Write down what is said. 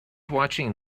watching